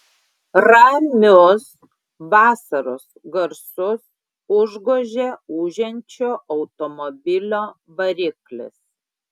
ramius vasaros garsus užgožė ūžiančio automobilio variklis